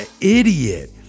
idiot